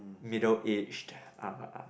middle aged ah